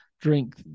drink